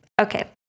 Okay